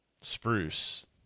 spruce